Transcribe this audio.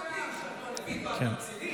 אתם יושבים על הברז, כל הכסף לסטרוק.